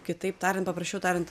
kitaip tariant paprasčiau tariant